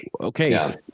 okay